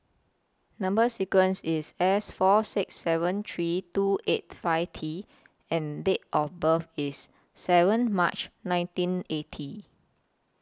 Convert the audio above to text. Number sequence IS S four six seven three two eight five T and Date of birth IS seven March nineteen eighty